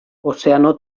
ozeano